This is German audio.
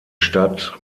stadt